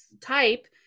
type